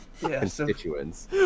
constituents